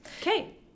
Okay